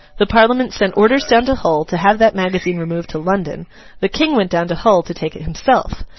the parliament sent orders down to hull to have that magazine removed to london the king went down to hull to take it himself.